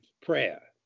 prayer